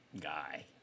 Guy